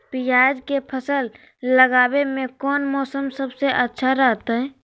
प्याज के फसल लगावे में कौन मौसम सबसे अच्छा रहतय?